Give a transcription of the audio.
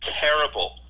terrible